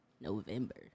November